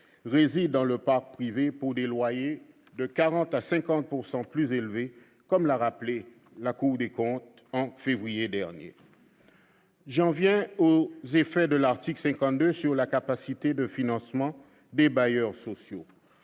réside dans le parc privé et paie des loyers de 40 % à 50 % plus élevés, comme l'a souligné la Cour des comptes en février dernier. J'en viens aux effets de l'article 52 sur la capacité de financement des bailleurs sociaux,